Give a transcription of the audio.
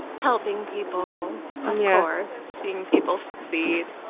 helping people, of yeah course, seeing people succeed.